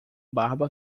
barba